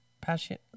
Passion